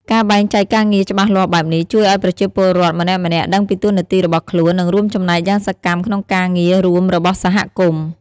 ការបែងចែកការងារច្បាស់លាស់បែបនេះ ជួយឲ្យប្រជាពលរដ្ឋម្នាក់ៗដឹងពីតួនាទីរបស់ខ្លួន និងរួមចំណែកយ៉ាងសកម្មក្នុងការងាររួមរបស់សហគមន៍។